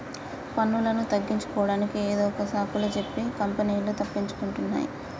పన్నులను తగ్గించుకోడానికి ఏదొక సాకులు సెప్పి కంపెనీలు తప్పించుకుంటున్నాయ్